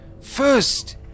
First